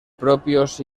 propios